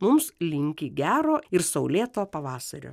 mums linki gero ir saulėto pavasario